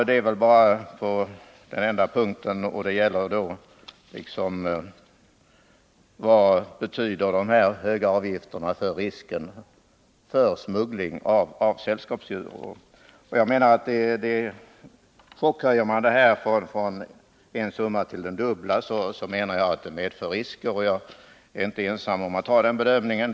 Det är bara på en punkt som jag i ; Es > bruksdepartemenhar en avvikande mening. Jag menar att om man chockhöjer en summa till fölsrvärksanihens det dubbla medför det risker, och jag är inte ensam om att ha den område uppfattningen.